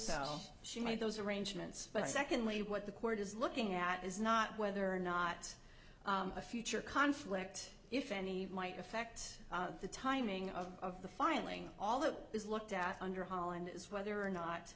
so she made those arrangements but secondly what the court is looking at is not whether or not a future conflict if any might affect the timing of the finally all that is looked at under holland is whether or not